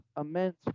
immense